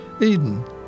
Eden